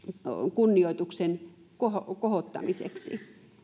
kunnioituksen kohottamiseksi